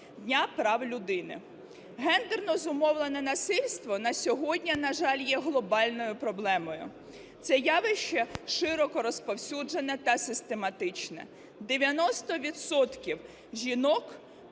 Дня прав людини. Гендерно зумовлене насильство на сьогодні, на жаль, є глобальною проблемою. Це явище широко розповсюджене та систематичне. 90